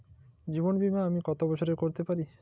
জীবন বীমা আমি কতো বছরের করতে পারি?